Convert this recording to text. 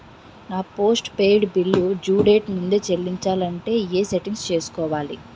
నా postpaid bill due date ముందే చెల్లించాలంటే ఎ సెట్టింగ్స్ పెట్టుకోవాలి?